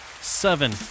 Seven